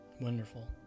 Wonderful